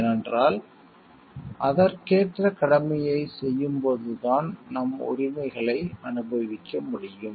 ஏனென்றால் அதற்கேற்ற கடமையைச் செய்யும்போதுதான் நம் உரிமைகளை அனுபவிக்க முடியும்